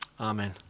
Amen